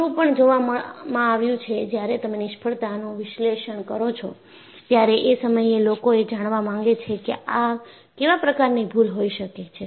એવું પણ જોવામાં આવ્યું છે જ્યારે તમે નિષ્ફળતાનું વિશ્લેષણ કરો છો ત્યારે એ સમયે લોકો એ જાણવા માંગે છે કે આ કેવા પ્રકારની ભૂલો હોય શકે છે